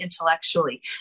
intellectually